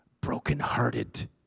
brokenhearted